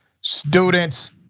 students